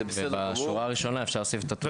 בשורה הראשונה להוסיף את תעודת הזהות.